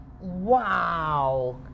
Wow